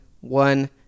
one